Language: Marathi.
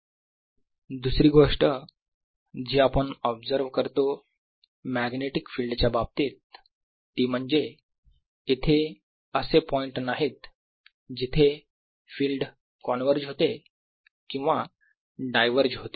rr pr3 दुसरी गोष्ट जी आपण ऑब्झर्व करतो मॅग्नेटिक फिल्ड च्या बाबतीत ती म्हणजे इथे असे पॉईंट नाहीत जिथे फिल्ड कॉन्व्हर्ज होते किंवा डायव्हर्ज होते